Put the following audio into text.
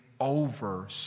over